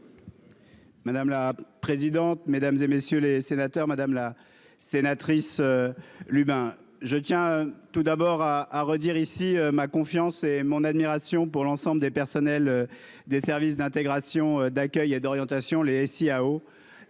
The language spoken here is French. Madame la présidente, mesdames et messieurs les sénateurs, madame la sénatrice. Lubin, je tiens tout d'abord à à redire ici ma confiance et mon admiration pour l'ensemble des personnels des services d'intégration, d'accueil et d'orientation Les SIAO.